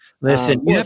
Listen